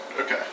Okay